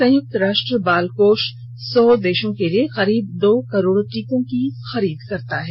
संयुक्त राष्ट्र बाल कोष सौ देशों के लिए करीब दो करोड़ टीकों की खरीद करता है